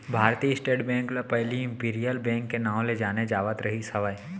भारतीय State Bank ल पहिली इम्पीरियल बेंक के नांव ले जाने जावत रिहिस हवय